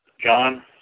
John